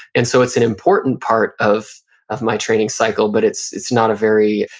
and so it's an important part of of my training cycle, but it's it's not a very,